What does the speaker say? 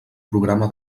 programa